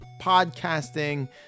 podcasting